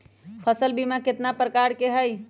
फसल बीमा कतना प्रकार के हई?